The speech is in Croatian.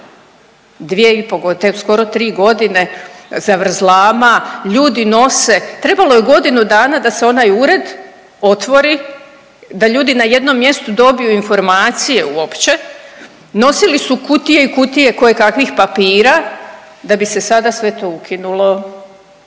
onda? 2,5 godine, skoro 3 godine zavrzlama, ljudi nose, trebalo je godinu dana da se onaj ured otvori da ljudi na jednom mjestu dobiju informacije uopće, nosili su kutije i kutije kojekakvih papira da bi se sada sve to ukinulo.